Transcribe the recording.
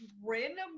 random